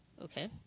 Okay